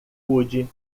pude